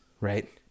right